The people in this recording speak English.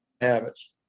habits